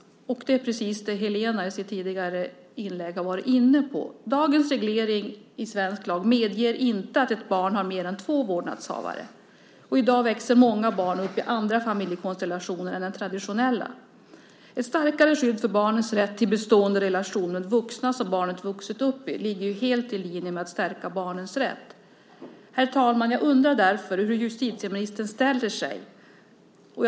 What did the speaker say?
Det är precis det som Helena i sitt tidigare inlägg var inne på: Dagens reglering i svensk lag medger inte att ett barn har mer än två vårdnadshavare. I dag växer många barn upp i andra familjekonstellationer än den traditionella. Ett starkare skydd för barnens rätt till bestående relation med vuxna som barnet vuxit upp med ligger helt i linje med att stärka barnens rätt. Herr talman! Jag undrar därför hur justitieministern ställer sig till detta.